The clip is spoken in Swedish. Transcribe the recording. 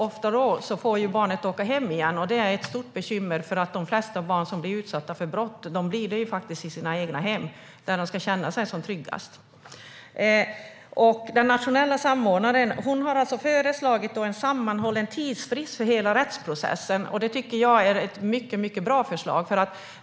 Ofta får barnet åka hem igen, och det är ett stort bekymmer, för de flesta barn som blir utsatta för brott blir det i sina egna hem där de ska känna sig som tryggast. Den nationella samordnaren har föreslagit en sammanhållen tidsfrist för hela rättsprocessen, och det tycker jag är ett mycket bra förslag.